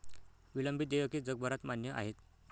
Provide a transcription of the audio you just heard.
विलंबित देयके जगभरात मान्य आहेत